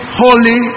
holy